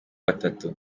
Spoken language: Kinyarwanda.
batatu